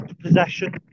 possession